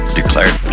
declared